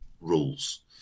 rules